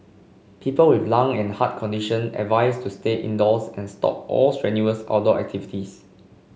people with lung and heart condition advised to stay indoors and stop all strenuous outdoor activities